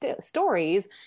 stories